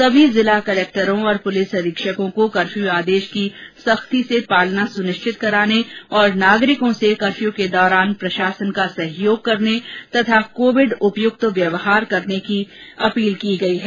सभी जिला कलक्टरों और पुलिस अधीक्षकों को कर्फ्यू आदेश की सख्ती से पालना सुनिश्चित कराने और नागरिकों से कर्फ्यू के दौरान प्रशासन का सहयोग करने और कोविड उपयुक्त व्यवहार की पालना करने की अपील की गई है